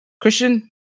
Christian